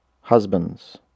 husbands